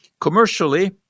Commercially